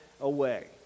away